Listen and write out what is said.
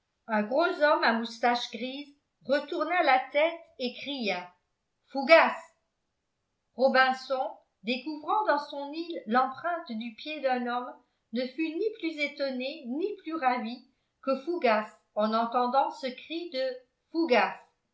un gros homme à moustache grise retourna la tête et cria fougas robinson découvrant dans son île l'empreinte du pied d'un homme ne fut ni plus étonné ni plus ravi que fougas en entendant ce cri de fougas